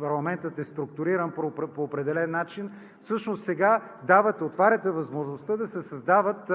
парламентът е структуриран по определен начин, всъщност сега давате, отваряте възможността да се създават